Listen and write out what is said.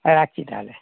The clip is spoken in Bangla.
হ্যাঁ রাখচি তাহলে